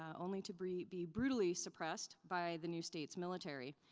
only to be be brutally suppressed by the new state's military.